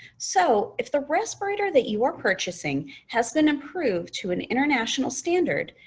so, if the respirator that you are purchasing has been improved to an international standard,